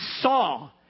saw